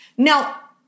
Now